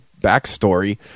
backstory